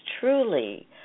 truly